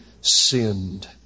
sinned